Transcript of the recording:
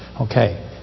Okay